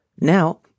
Now